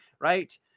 right